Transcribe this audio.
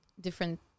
different